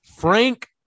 Frank